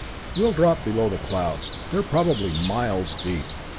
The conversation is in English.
we'll drop below the clouds they're probably miles deep.